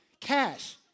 cash